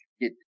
Get